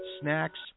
snacks